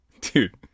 Dude